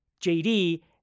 JD